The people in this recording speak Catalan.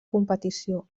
competició